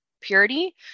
purity